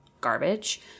garbage